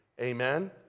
amen